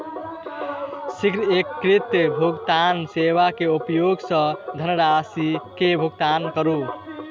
शीघ्र एकीकृत भुगतान सेवा के उपयोग सॅ धनरशि के भुगतान करू